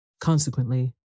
Consequently